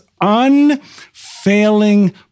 unfailing